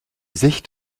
sicht